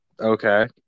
Okay